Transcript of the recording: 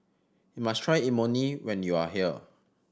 you must try Imoni when you are here